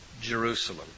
Jerusalem